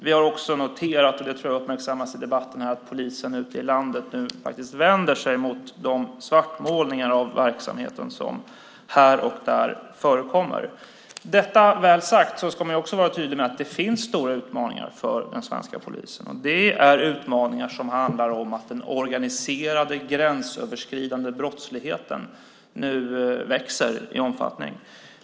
Vi har också noterat, vilket jag tror uppmärksammats i debatten här, att polisen ute i landet nu faktiskt vänder sig mot de svartmålningar av verksamheten som här och där förekommer. Med detta sagt ska man också vara tydlig om att det finns stora utmaningar för den svenska polisen - utmaningar som handlar om att den organiserade gränsöverskridande brottsligheten nu växer i omfattning.